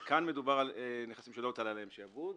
כאן מדובר על נכסים שלא הוטל עליהם שעבוד,